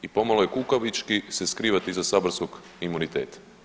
I pomalo je kukavički se skrivat iza saborskog imuniteta.